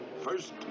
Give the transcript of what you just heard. First